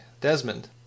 Desmond